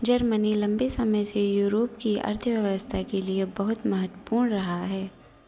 Germany लम्बे समय से यूरोप की अर्थव्यवस्था के लिए बहुत महत्वपूर्ण रहा है